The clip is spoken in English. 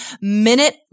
minute